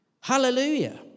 Hallelujah